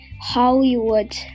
Hollywood